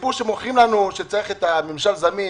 הסיפור שמוכרים לנו שצריך את ממשל זמין,